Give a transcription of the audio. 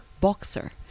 boxer